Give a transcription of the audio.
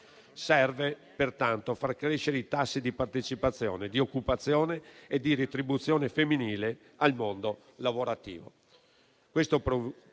Serve pertanto far crescere i tassi di partecipazione, di occupazione e di retribuzione femminili al mondo lavorativo.